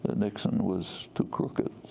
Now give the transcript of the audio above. nixon was too crooked.